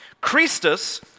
Christus